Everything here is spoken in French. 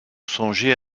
songeait